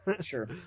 sure